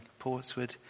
Portswood